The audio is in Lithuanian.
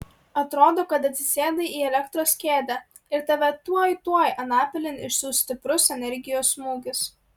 atrodo kad atsisėdai į elektros kėdę ir tave tuoj tuoj anapilin išsiųs stiprus energijos smūgis